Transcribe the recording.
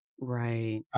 Right